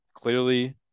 Clearly